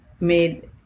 made